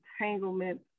entanglement